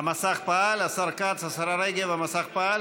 איסור הפליה